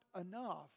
enough